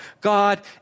God